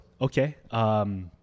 okay